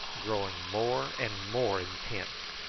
growing more and more intense.